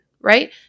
right